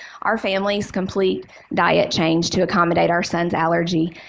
our family is complete diet changed to accommodate our son's allergy.